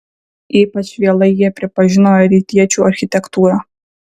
ypač vėlai jie pripažino rytiečių architektūrą